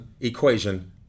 equation